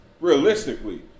realistically